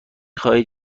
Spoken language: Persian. خواهید